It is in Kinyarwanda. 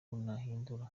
nahindura